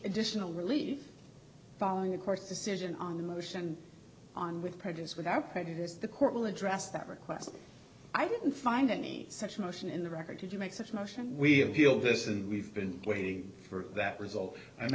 additional relief following a course decision on a motion on with prejudice without prejudice the court will address that request i didn't find any such motion in the record you make such a motion we have feel this and we've been waiting for that result and